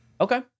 Okay